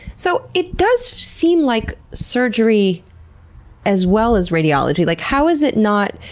so it does seem like surgery as well as radiology, like, how is it not,